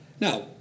Now